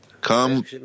Come